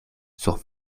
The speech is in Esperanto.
sur